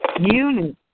Unit